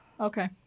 Okay